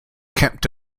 kept